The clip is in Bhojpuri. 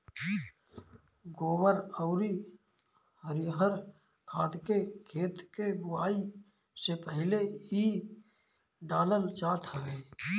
गोबर अउरी हरिहर खाद के खेत के बोआई से पहिले ही डालल जात हवे